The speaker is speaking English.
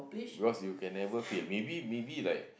because you can never feel maybe maybe like